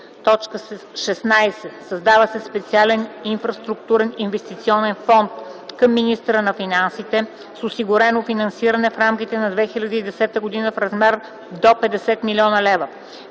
16: „16. Създава се Специален инфраструктурен инвестиционен фонд (СИИФ) към министъра на финансите с осигурено финансиране в рамките на 2010 г. в размер до 50 млн. лв.